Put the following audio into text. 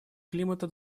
климата